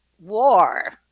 war